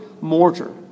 mortar